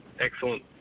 Excellent